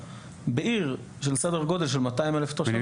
בעיר של סדר גודל של 200,000 תושבים,